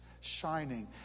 shining